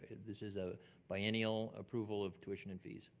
this is a biannual approval of tuition and fees.